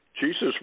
Jesus